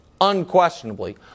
unquestionably